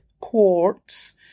quartz